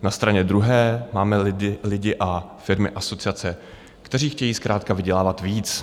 Na straně druhé máme lidi, firmy a asociace, kteří chtějí zkrátka vydělávat víc.